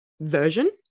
version